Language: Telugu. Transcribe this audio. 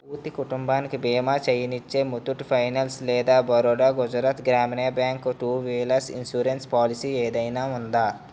పూర్తి కుటుంబానికి బీమా చేయనిచ్చే ముత్తూట్ ఫైనాన్స్ లేదా Baroda Gujarat Gramin bank two wheeler insurance policy ఏదైనా ఉందా